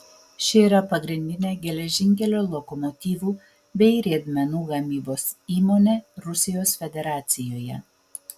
ši yra pagrindinė geležinkelio lokomotyvų bei riedmenų gamybos įmonė rusijos federacijoje